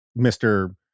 Mr